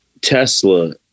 Tesla